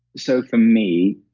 so, for me,